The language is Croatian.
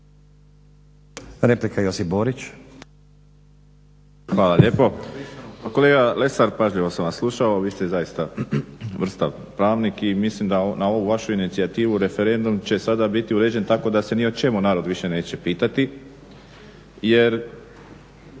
**Borić, Josip (HDZ)** Hvala lijepo. Pa kolega Lesar pažljivo sam vas slušao, vi ste zaista vrstan pravnik i mislim da na ovu vašu inicijativu referendum će sada biti uređen tako da se ni o čemu narod više neće pitati jer